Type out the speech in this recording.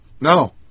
no